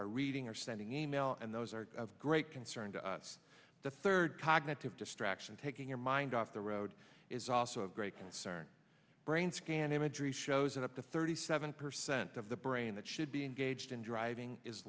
or reading or sending email and those are of great concern to us the third cognitive distraction taking your mind off the road is also a great concern brain scan imagery shows that up to thirty seven percent of the brain that should be engaged in driving is